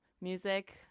music